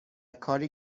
کاری